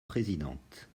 présidente